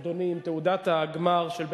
אדוני, עם תעודת הגמר של בית-הספר,